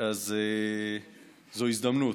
זו הזדמנות.